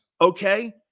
Okay